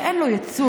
שאין לו ייצוג,